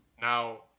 Now